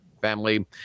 family